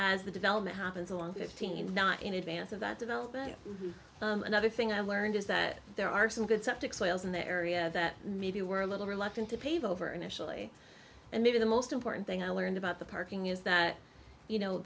as the development happens along fifteen not in advance of that development another thing i've learned is that there are some good sceptics whales in the area that maybe were a little reluctant to pave over initially and maybe the most important thing i learned about the parking is that you know